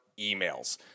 emails